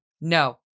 No